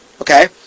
Okay